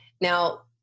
Now